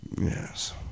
yes